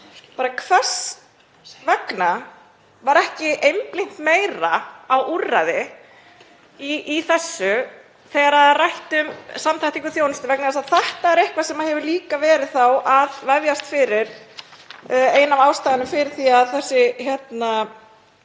hvers vegna ekki var einblínt meira á úrræði í þessu þegar rætt var um samþættingu þjónustu, vegna þess að þetta er eitthvað sem hefur líka verið að vefjast fyrir og er ein af ástæðunum fyrir því að þessar